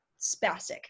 spastic